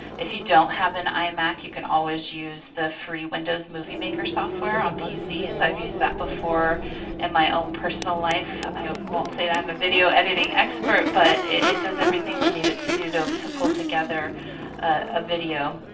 if you don't have an imac you can always use the free windows movie maker software on pcs. i've used that before in my own personal life. i won't say that i'm a video editing expert, but it does everything you need it to do to to pull together a video.